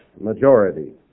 majority